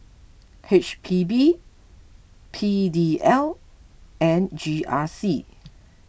H P B P D L and G R C